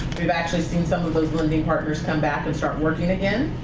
we've actually seen some of those lending partners come back and start working again.